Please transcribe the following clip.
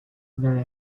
very